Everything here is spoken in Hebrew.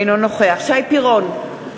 אינו נוכח שי פירון,